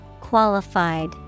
Qualified